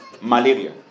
malaria